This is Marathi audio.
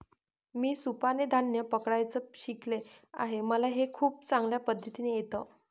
मी सुपाने धान्य पकडायचं शिकले आहे मला हे खूप चांगल्या पद्धतीने येत